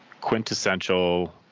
Quintessential